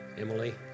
Emily